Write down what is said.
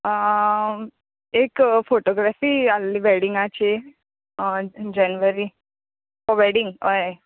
हांव एक फोटोग्राफी आसली व्हेडींगाची हय जेनीवरी वेडींग होय